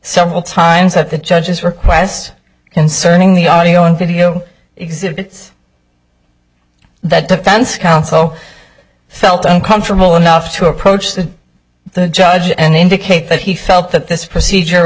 several times that the judge's request concerning the audio and video exhibits that defense counsel felt uncomfortable enough to approach the judge and indicate that he felt that this procedure